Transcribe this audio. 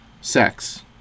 sex